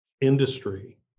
industry